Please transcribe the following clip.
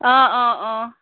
অঁ অঁ অঁ